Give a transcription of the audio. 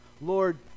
Lord